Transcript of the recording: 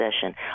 session